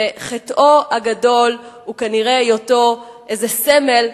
וחטאו הגדול הוא כנראה היותו איזה סמל,